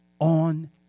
on